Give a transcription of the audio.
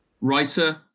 Writer